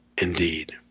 Indeed